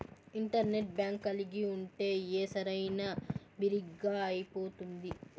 internet bank కలిగి ఉంటే ఏ పనైనా బిరిగ్గా అయిపోతుంది